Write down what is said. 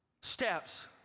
steps